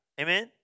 Amen